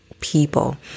people